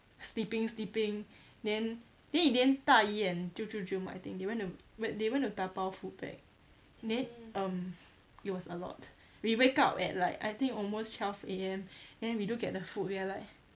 sleeping sleeping then then in the end 大姨 and 舅舅舅母 I think they went to went they went to dabao food back then um it was a lot we wake up at like I think almost twelve A_M then we look at the food we are like